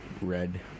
red